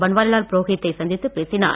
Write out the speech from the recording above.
பன்வாரிலால் புரோகித்தை சந்தித்துப் பேசினார்